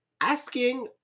asking